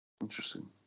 Interesting